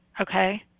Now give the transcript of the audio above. Okay